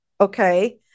Okay